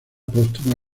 póstuma